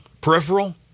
peripheral